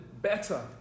better